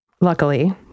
Luckily